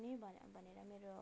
यही भनेर भनेर मेरो